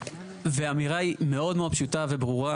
והאמירה היא מאוד מאוד פשוטה וברורה.